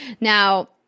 Now